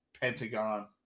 Pentagon